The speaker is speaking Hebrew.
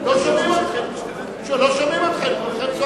לא שומעים אתכם.